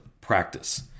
practice